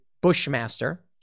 Bushmaster